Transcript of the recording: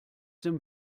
dem